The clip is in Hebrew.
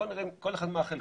בוא נראה כל אחד מה חלקו.